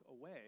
away